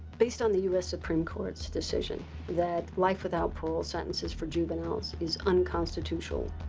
based on the us supreme court's decision that life without parole sentences for juveniles is unconstitutional,